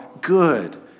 good